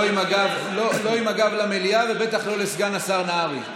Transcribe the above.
לא עם הגב למליאה ובטח לא לסגן השר נהרי.